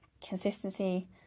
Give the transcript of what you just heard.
Consistency